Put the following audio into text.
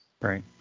Right